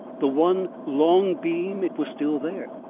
the one long beam! it was still there.